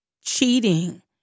cheating